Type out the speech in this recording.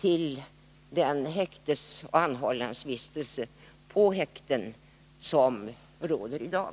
till den häktesoch anhållansvistelse på häkten som vi har i dag.